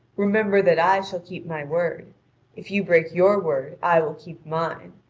remember that i shall keep my word if you break your word i will keep mine.